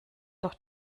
doch